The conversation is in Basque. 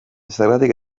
zergatik